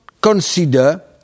consider